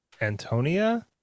antonia